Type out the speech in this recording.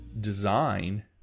design